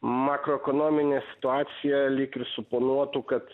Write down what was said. makroekonominė situacija lyg ir suponuotų kad